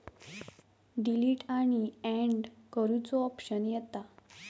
delete आणि add करुचो option येता